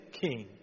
king